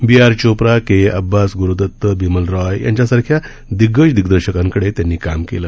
B R Chopra K A Abbas Guru Dutt Bimal Roy यांच्यासारख्या दिग्गज दिग्दर्शकांकडे त्यांनी काम केलं